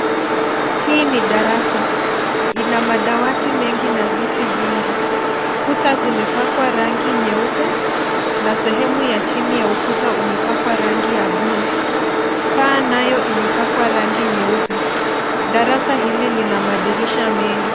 Hii ni darasa. Ina madawati mengi na viti vingi. Kuta zimepakwa rangi nyeupe na sehemu ya chini ya ukuta umepakwa rangi ya bluu. Paa nayo imepakwa rangi nyeupe. Darasa hili lina madirisha mengi.